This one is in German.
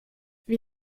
wie